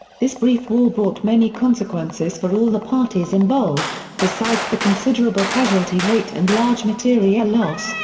this brief war brought many consequences for all the parties involved, besides the considerable casualty rate and large materiel loss,